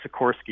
Sikorsky